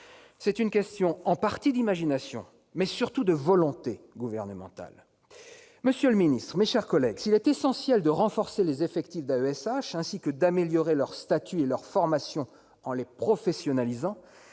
C'est une question d'imagination, mais surtout de volonté gouvernementale. Monsieur le secrétaire d'État, mes chers collègues, s'il est essentiel de renforcer les effectifs d'AESH, ainsi que d'améliorer leur statut et leur formation en les professionnalisant,